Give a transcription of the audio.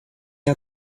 air